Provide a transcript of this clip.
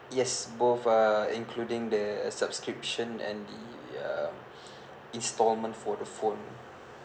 yes both uh including the subscription and the um installment for the phone